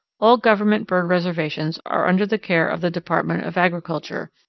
all government bird reservations are under the care of the department of agriculture,